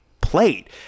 plate